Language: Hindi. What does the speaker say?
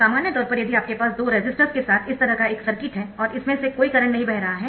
सामान्य तौर पर यदि आपके पास दो रेसिस्टर्स के साथ इस तरह का एक सर्किट है और इसमें से कोई करंट नहीं बह रहा है